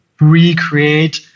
recreate